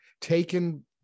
taken